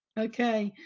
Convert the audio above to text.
okay.